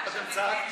קודם צעקתי.